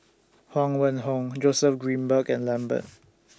Huang Wenhong Joseph Grimberg and Lambert